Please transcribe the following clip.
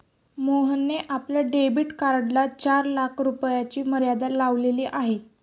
मोहनने आपल्या डेबिट कार्डला चार लाख रुपयांची मर्यादा लावलेली आहे